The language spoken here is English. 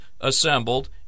assembled